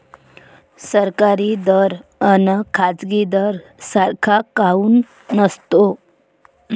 सरकारी दर अन खाजगी दर सारखा काऊन नसतो?